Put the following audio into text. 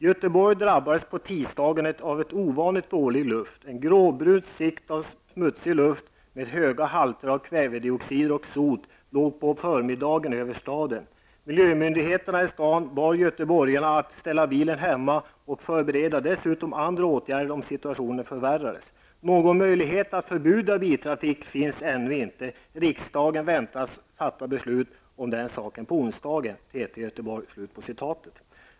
''Göteborg drabbades på tisdagen av ovanligt dålig luft. Ett gråbrunt skikt av smutsig luft med höga halter av kvävedioxider och sot låg på förmiddagen över staden. Miljömyndigheten i stan bad göteborgarna att ställa bilen hemma och förberedde dessutom andra åtgärder om situationen förvärrades. Någon möjlighet att förbjuda biltrafik finns ännu inte. Riksdagen väntas fatta beslut om den saken på onsdagen.''